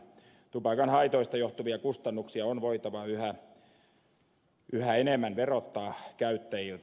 tupakan haitoista johtuvia kustannuksia on voitava yhä enemmän verottaa käyttäjiltä